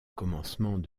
commencement